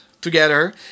together